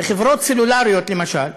בחברות סלולר למשל,